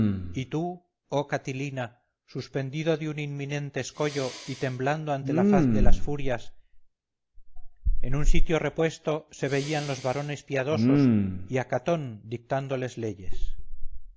y tú oh catilina suspendido de un inminente escollo y temblando ante la faz de las furias en un sitio repuesto se veían los varones piadosos y a catón dictándoles leyes